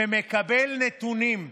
ומקבל נתונים,